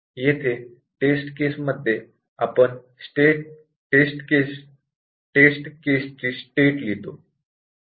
येथे test case मध्ये आपण टेस्ट केस ची स्टेट लिहितो